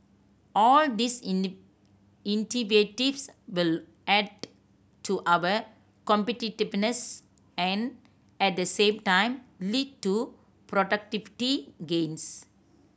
all these will add to our competitiveness and at the same time lead to productivity gains